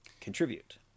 contribute